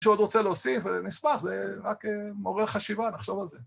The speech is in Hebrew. ‫מי שעוד רוצה להוסיף? נשמח! ‫זה רק מורה חשיבה, נחשוב על זה.